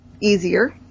easier